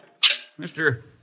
Mr